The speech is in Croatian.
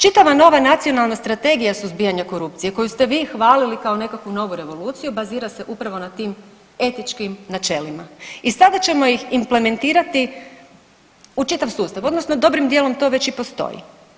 Čitava nova Nacionalna strategija suzbijanja korupcije koju ste vi hvalili kao nekakvu novu revoluciju bazira se upravo na tim etičkim načelima i sada ćemo ih implementirati u čitav sustav odnosno dobrim dijelom to već i postoji.